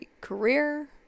career